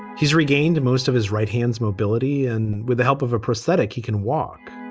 he's regained most of his right hands, mobility. and with the help of a prosthetic, he can walk.